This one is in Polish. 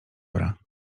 daje